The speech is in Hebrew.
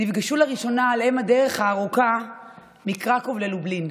נפגשו לראשונה על אם הדרך הארוכה מקרקוב ללובלין.